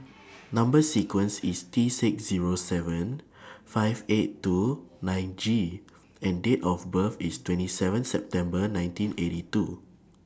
Number sequence IS T six Zero seven five eight two nine G and Date of birth IS twenty seven September nineteen eighty two